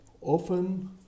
often